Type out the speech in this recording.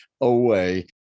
away